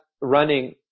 running